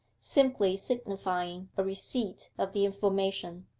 simply signifying a receipt of the information,